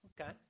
Okay